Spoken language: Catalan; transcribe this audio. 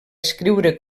escriure